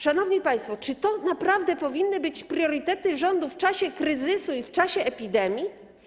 Szanowni państwo, czy to naprawdę powinny być priorytety rządu w czasie kryzysu i epidemii?